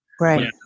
Right